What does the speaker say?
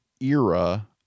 era